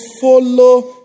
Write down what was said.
follow